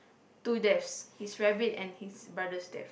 two deaths his rabbit and his mother's death